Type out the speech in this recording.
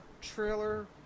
trailer